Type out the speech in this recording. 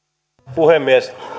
puhemies